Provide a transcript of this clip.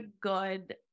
good